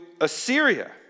Assyria